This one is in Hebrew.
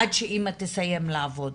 עד שאימא תסיים לעבוד,